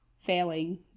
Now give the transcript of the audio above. failing